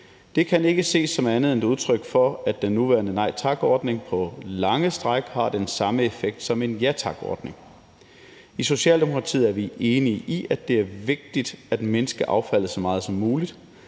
Det kan ikke ses som andet end et udtryk for, at den nuværende Nej Tak-ordning på lange stræk har den samme effekt som en Ja Tak-ordning. I Socialdemokratiet er vi enige i, at det er vigtigt at mindske affaldet så meget som muligt.